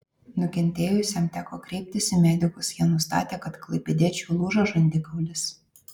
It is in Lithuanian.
nukentėjusiajam teko kreiptis į medikus jie nustatė kad klaipėdiečiui lūžo žandikaulis